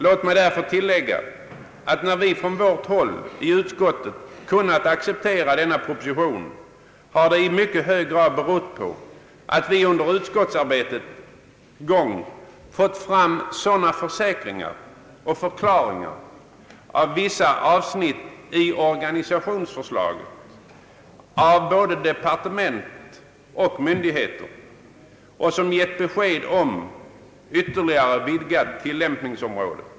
Låt mig därför tillägga att när vi från vårt håll i utskottet kunnat acceptera denna proposition, har det i mycket hög grad berott på att vi under utskottsarbetets gång fått fram sådana försäkringar och förklaringar beträffande vissa avsnitt i organisationsförslaget, av både departement och myndigheter, som gett besked om ytterligare vidgat tillämpningsområde.